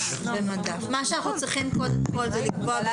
מה שאנחנו צריכים קודם כל זה לקבוע את